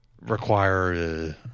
require